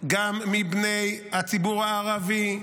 וגם מבני הציבור הערבי.